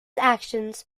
actions